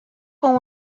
con